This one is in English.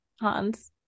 han's